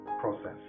process